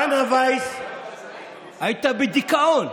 דנה ויס הייתה בדיכאון